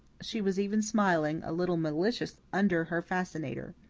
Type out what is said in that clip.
she was even smiling a little maliciously under her fascinator.